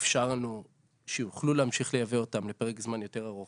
אפשרנו שיוכלו להמשיך לייבא אותם לפרק זמן יותר ארוך,